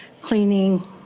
Cleaning